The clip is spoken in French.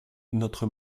notre